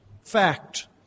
Fact